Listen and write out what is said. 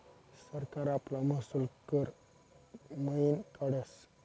सरकार आपला महसूल कर मयीन काढस